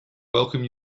welcome